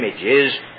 images